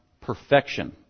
perfection